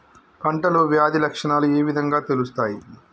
పంటలో వ్యాధి లక్షణాలు ఏ విధంగా తెలుస్తయి?